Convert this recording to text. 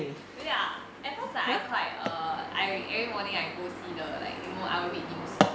oh ya at first I quite err I every morning I go see the like you know I'll read news